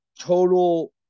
total